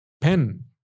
pen